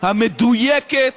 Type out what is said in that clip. המדויקת